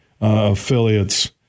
affiliates